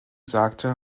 sagte